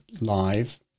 Live